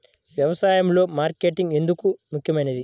వ్యసాయంలో మార్కెటింగ్ ఎందుకు ముఖ్యమైనది?